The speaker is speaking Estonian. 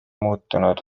muutunud